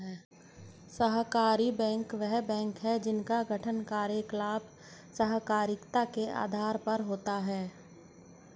सहकारी बैंक वे बैंक हैं जिनका गठन और कार्यकलाप सहकारिता के आधार पर होता है